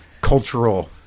cultural